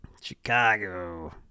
Chicago